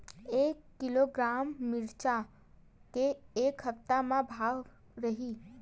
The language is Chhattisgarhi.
एक किलोग्राम मिरचा के ए सप्ता का भाव रहि?